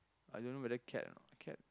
I don't know whether cat or nt cat